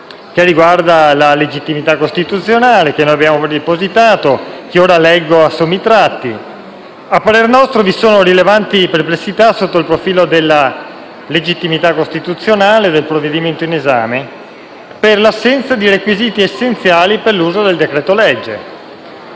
che riguarda la legittimità costituzionale, che abbiamo depositato e che ora leggo per sommi tratti. A parere nostro, vi sono rilevanti perplessità sotto il profilo della legittimità costituzionale del provvedimento in esame per l'assenza dei requisiti essenziali per l'uso del decreto-legge.